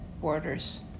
Borders